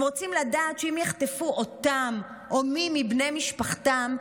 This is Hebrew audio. הם רוצים לדעת שאם יחטפו אותם או מי מבני משפחתם,